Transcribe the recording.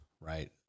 right